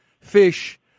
fish